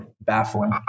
baffling